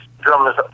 drummers